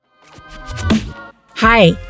Hi